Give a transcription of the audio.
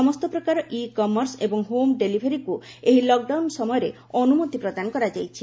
ସମସ୍ତ ପ୍ରକାର e commerce ଏବଂ ହୋମ୍ ଡେଲିଭରିକୁ ଏହି ଲକଡାଉନ୍ ସମୟରେ ଅନୁମତି ପ୍ରଦାନ କରାଯାଇଛି